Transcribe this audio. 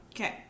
Okay